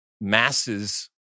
masses